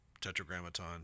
tetragrammaton